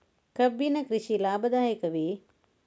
ಕಬ್ಬಿನ ಕೃಷಿ ಲಾಭದಾಯಕವೇ?